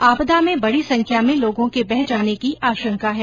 आपदा में बडी संख्या में लोगों के बह जाने की आशंका है